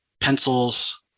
pencils